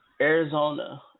Arizona